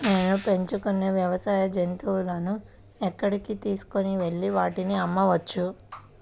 నేను పెంచుకొనే వ్యవసాయ జంతువులను ఎక్కడికి తీసుకొనివెళ్ళి వాటిని అమ్మవచ్చు?